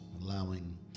allowing